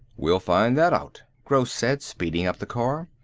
we'll find that out, gross said speeding up the car.